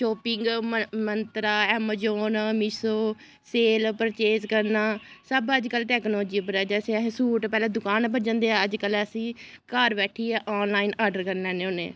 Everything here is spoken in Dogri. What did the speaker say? shopping Myntra Amazon Meesho sale purchase करना सब अज्ज कल टैक्नोलोजी पर ऐ जैसे सूट पैह्लें आहें दकान पर जंदे अज्जकल असीं घर बैठियै आनलाइन आर्डर करी लैने होने